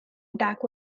attack